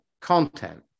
content